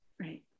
Right